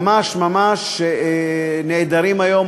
ממש ממש, שנעדרים היום.